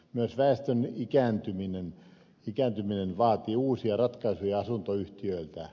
myös väestön ikääntyminen vaatii uusia ratkaisuja asuntoyhtiöiltä